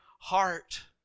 heart